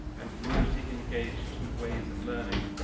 and community engaged ways of learning.